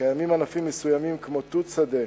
קיימים ענפים מסוימים, כמו תות שדה,